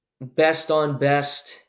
best-on-best